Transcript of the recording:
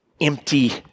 empty